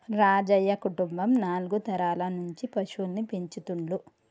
రాజయ్య కుటుంబం నాలుగు తరాల నుంచి పశువుల్ని పెంచుతుండ్లు